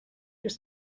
just